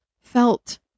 felt